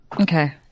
Okay